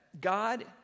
God